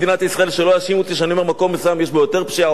שלא יאשימו אותי שאני אומר שבמקום מסוים יש יותר פשיעה או פחות פשיעה,